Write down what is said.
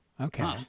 Okay